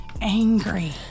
angry